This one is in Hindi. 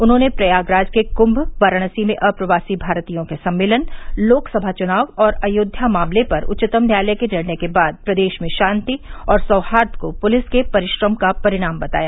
उन्होंने प्रयागराज के कुम्म वाराणसी में अप्रवासी भारतीयों के सम्मेलन लोक सभा चुनाव और अयोध्या मामले पर उच्चतम न्यायालय के निर्णय के बाद प्रदेश में शांति और सौहाई को पुलिस के परिश्रम का परिणाम बताया